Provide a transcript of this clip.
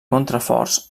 contraforts